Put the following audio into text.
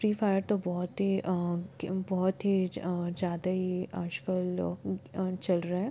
free fire तो बहुत ही बहुत ही ज़्यादा ही आज कल चल रहा है